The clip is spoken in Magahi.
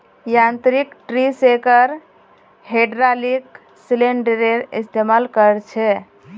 यांत्रिक ट्री शेकर हैड्रॉलिक सिलिंडरेर इस्तेमाल कर छे